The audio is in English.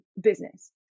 business